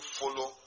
follow